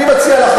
אני מציע לך,